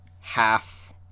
half